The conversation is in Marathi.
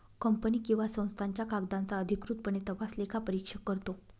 कंपनी किंवा संस्थांच्या कागदांचा अधिकृतपणे तपास लेखापरीक्षक करतो